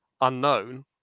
Unknown